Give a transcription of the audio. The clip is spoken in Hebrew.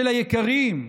של היקרים,